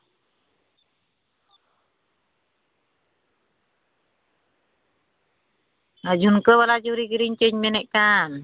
ᱡᱷᱩᱱᱠᱟᱹ ᱵᱟᱞᱟ ᱪᱩᱲᱤ ᱠᱤᱨᱤᱧ ᱪᱚᱧ ᱢᱮᱱᱮᱛ ᱠᱟᱱ